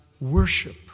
worship